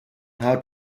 how